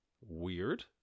Weird